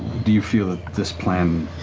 do you feel that this plan,